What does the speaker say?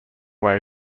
way